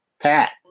Pat